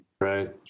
right